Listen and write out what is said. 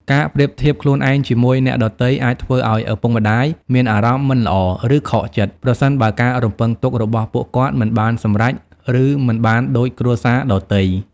ការប្រៀបធៀបខ្លួនឯងជាមួយអ្នកដទៃអាចធ្វើឱ្យឪពុកម្ដាយមានអារម្មណ៍មិនល្អ ឬខកចិត្ត ប្រសិនបើការរំពឹងទុករបស់ពួកគាត់មិនបានសម្រេច ឬមិនបានដូចគ្រួសារដទៃ។